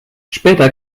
später